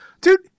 Dude –